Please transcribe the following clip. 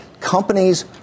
Companies